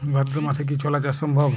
ভাদ্র মাসে কি ছোলা চাষ সম্ভব?